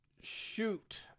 Shoot